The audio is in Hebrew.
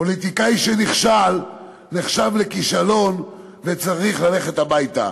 פוליטיקאי שנכשל נחשב לכישלון וצריך ללכת הביתה.